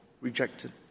rejected